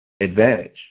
advantage